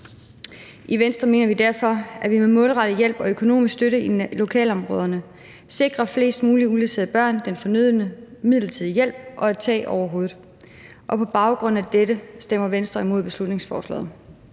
I Venstre mener vi derfor, at vi med målrettet hjælp og økonomisk støtte i lokalområderne sikrer flest mulige uledsagede børn den fornødne midlertidige hjælp og et tag over hovedet. Og på baggrund af dette stemmer Venstre imod beslutningsforslaget.